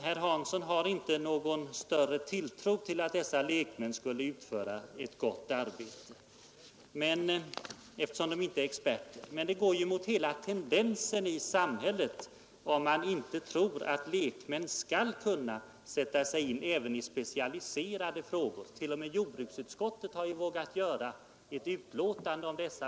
Herr Hansson i Skegrie hyser inte någon större tilltro till att dessa lekmän skulle utföra ett gott arbete, eftersom de inte är experter. Men en sådan uppfattning — att man inte tror att lekmän skall kunna sätta sig in även i specialiserade frågor — går mot hela tendensen i samhället. På punkt efter punkt låter vi lekmän fatta beslut, inte bara experter.